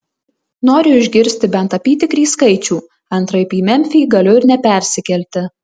noriu išgirsti bent apytikrį skaičių antraip į memfį galiu ir nepersikelti